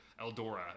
Eldora